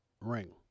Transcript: ring